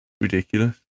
ridiculous